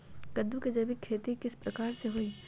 कददु के जैविक खेती किस प्रकार से होई?